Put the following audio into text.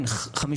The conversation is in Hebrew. אתה צודק.